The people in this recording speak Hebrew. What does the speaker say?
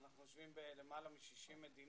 אנחנו יושבים בלמעלה מ-60 מדינות